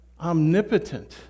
omnipotent